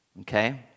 Okay